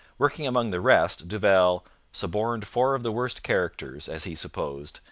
working among the rest, duval suborned four of the worst characters, as he supposed,